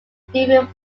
different